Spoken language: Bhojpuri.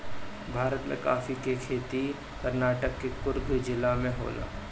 भारत में काफी के खेती कर्नाटक के कुर्ग जिला में होला